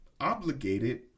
obligated